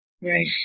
Right